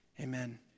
amen